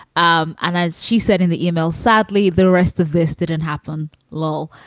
um and as she said in the email, sadly, the rest of this didn't happen lol.